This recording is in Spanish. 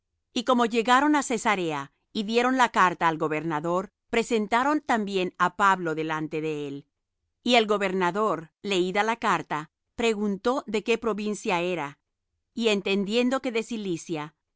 y como llegaron á cesarea y dieron la carta al gobernador presentaron también á pablo delante de él y el gobernador leída la carta preguntó de qué provincia era y entendiendo que de cilicia te